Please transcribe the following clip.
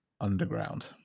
underground